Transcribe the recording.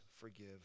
forgive